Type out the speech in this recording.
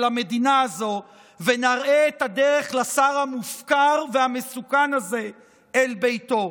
המדינה הזו ונראה את הדרך לשר המופקר והמסוכן הזה אל ביתו.